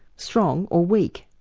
strong or weak.